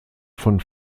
von